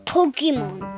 Pokemon